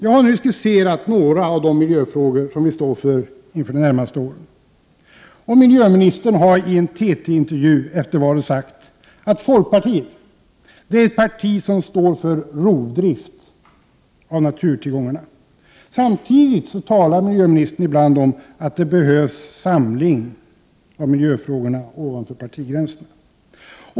Jag har nu skisserat några av de miljöfrågor som vi står inför de närmaste åren. Miljöministern har i en TT-intervju efter valet sagt att folkpartiet är ett parti som står för rovdrift av naturtillgångarna. Samtidigt talar miljöministern ibland om att det behövs samling över partigränserna i miljöfrågorna.